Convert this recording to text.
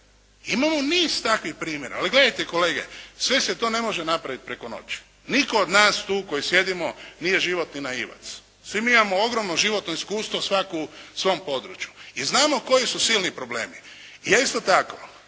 Imamo niz takvih primjera. Ali, gledajte kolege, sve se to ne može napraviti preko noći. Nitko od nas tu koji sjedimo nije životni naivac. Svi mi imamo ogromno životno iskustvo, svatko u svom području, i znamo koji su silni problemi. Ja, isto tako,